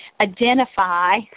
identify